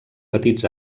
petits